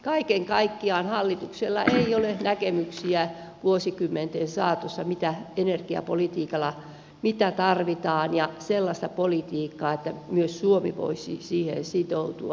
kaiken kaikkiaan hallituksella ei ole näkemyksiä vuosikymmenten saatossa mitä energiapolitiikassa tarvitaan eikä sellaista politiikkaa että myös suomi voisi siihen sitoutua